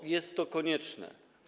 A jest to konieczne.